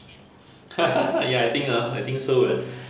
ya I think ha I think so leh